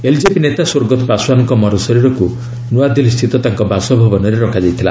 LJP ନେତା ସ୍ୱାର୍ଗତ ପାଶୱାନ୍ଙ୍କ ମରଶରୀରକୁ ନୂଆଦିଲ୍ଲୀସ୍ଥିତ ତାଙ୍କ ବାସଭବନରେ ରଖାଯାଇଥିଲା